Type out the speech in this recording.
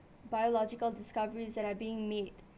biological discoveries that are being made